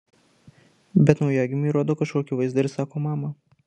bet naujagimiui rodo kažkokį vaizdą ir sako mama